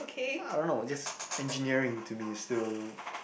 I don't know just engineering to me is still